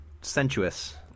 Sensuous